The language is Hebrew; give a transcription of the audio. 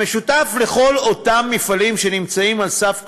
המשותף לכל אותם מפעלים שנמצאים על סף קריסה,